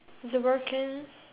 is it working